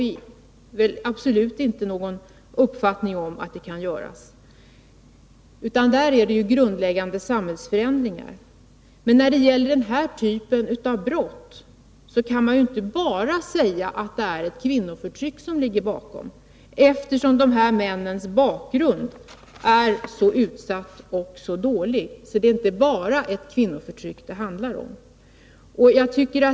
Vi har absolut inte uppfattningen att det kan göras, utan det krävs grundläggande samhällsförändringar. Men när det gäller denna typ av brott kan man inte bara säga att det är ett kvinnoförtryck som ligger bakom, eftersom dessa män har varit utsatta och har en så dålig bakgrund. Det handlar alltså inte bara om ett kvinnoförtryck.